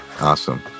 Awesome